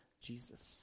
Jesus